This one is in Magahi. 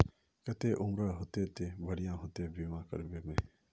केते उम्र होते ते बढ़िया होते बीमा करबे में?